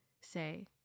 say